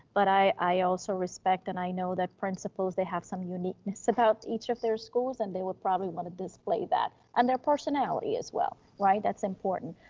but i i also respect, and i know that principals, they have some uniqueness about each of their schools and they would probably want to display that and their personality as well, right that's important.